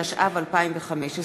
התשע"ו 2015,